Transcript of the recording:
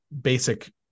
basic